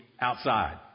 outside